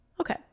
Okay